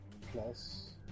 plus